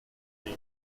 día